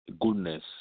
Goodness